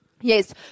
Yes